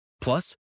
Plus